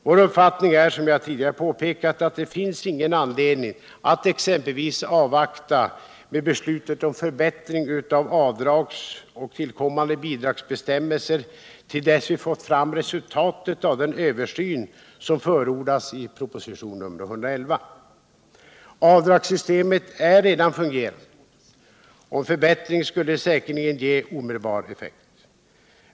Vår uppfattning är, som jag tidigare påpekat, att det inte finns någon anledning att t.ex. avvakta beslutet om förbättring av avdragsoch tillkommande bidragsbestämmelser till dess vi fått fram resultatet av den översyn som förordas i proposition nr 111. Avdragssystemet fungerar redan och en förbättring skulle säkerligen ge omedelbar effekt.